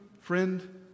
friend